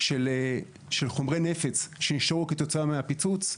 של חומרי נפץ שנשארו כתוצאה מהפיצוץ.